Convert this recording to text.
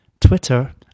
Twitter